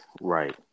right